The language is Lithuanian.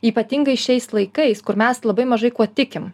ypatingai šiais laikais kur mes labai mažai kuo tikim